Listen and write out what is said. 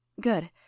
Good